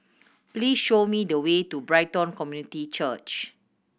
please show me the way to Brighton Community Church